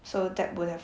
so that would have